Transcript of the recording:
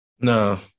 No